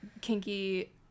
kinky